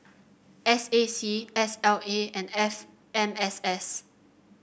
S A C S L A and F M S S